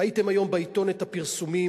ראיתם היום בעיתון את הפרסומים,